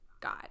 God